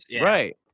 Right